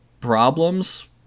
problems